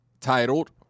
titled